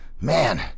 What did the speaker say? man